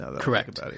Correct